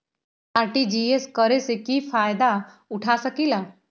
RTGS करे से की फायदा उठा सकीला?